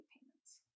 payments